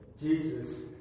Jesus